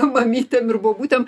mamytėm ir bobutėm